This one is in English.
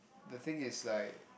the thing is like